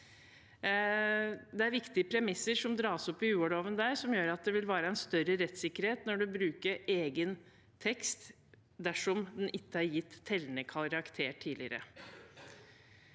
Det er viktige premisser som der dras opp i UH-loven, og som gjør at det vil være større rettssikkerhet når en bruker egen tekst dersom den ikke er gitt tellende karakter tidligere.